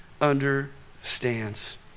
understands